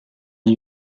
des